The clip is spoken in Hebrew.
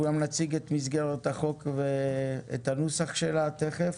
אנחנו גם נציג את מסגרת החוק ואת הנוסח שלו תכף,